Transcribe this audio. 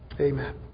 Amen